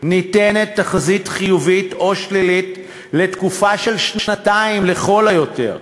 ניתנת תחזית חיובית או שלילית לתקופה של שנתיים לכל היותר,